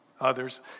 others